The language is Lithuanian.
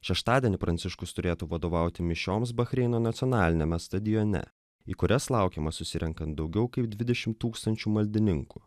šeštadienį pranciškus turėtų vadovauti mišioms bahreino nacionaliniame stadione į kurias laukiama susirenkant daugiau kaip dvidešim tūkstančių maldininkų